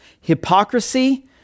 hypocrisy